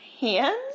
hands